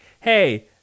hey